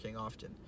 often